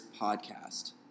Podcast